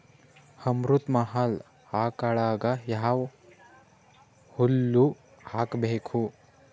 ಅಮೃತ ಮಹಲ್ ಆಕಳಗ ಯಾವ ಹುಲ್ಲು ಹಾಕಬೇಕು?